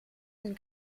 dem